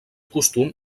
costum